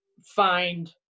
find